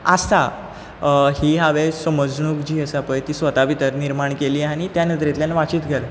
आसा ही हांवें समजणूक जी आसा पळय ती स्वतां भितर निर्माण केली आनी त्या नदरेंतल्यान वाचीत गेलो